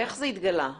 היא אמרה לי: